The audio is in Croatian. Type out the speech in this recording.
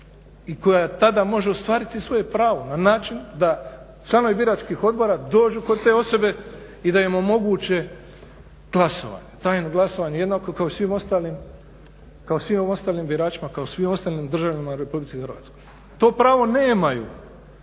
i koja tada može ostvariti svoje pravo na način da članovi biračkih odbora dođu kod te osobe i da im omoguće glasovanje, tajno glasovanje jednako kao i svim ostalim biračima, kao svim ostalim državljanima RH. To pravo nemaju